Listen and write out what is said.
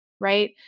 right